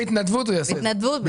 הוא יעשה את זה בהתנדבות.